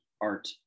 art